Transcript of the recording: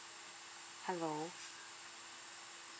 hello